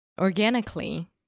organically